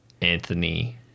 Anthony